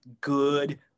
good